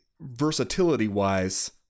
versatility-wise